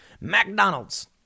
McDonald's